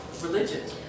Religion